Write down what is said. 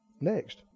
next